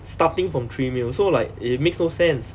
starting from three million so like it makes no sense